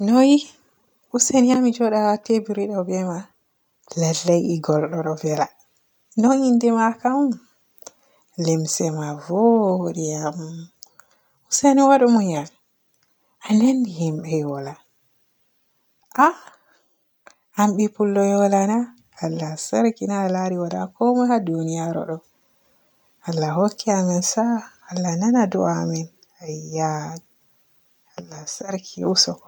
Noy? Usene haa mi jooda haa teburi ɗo be ma. Lallay igol go ɗo vele. Noy innde maa kam? Limse maa voodi am, useni waadu munyal, a nandi himɓe Yola, ah an bi pullo Yola na? Allah sarki na yi laari wala komoi haa duniyaru, Allahh hokki amin sa'a Allah nana du'a amin ayya, Allah sarki usoko.